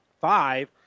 five